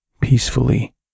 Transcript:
peacefully